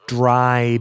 dry